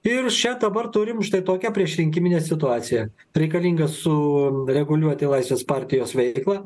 ir čia dabar turim štai tokią priešrinkiminę situaciją reikalinga sureguliuoti laisvės partijos veiklą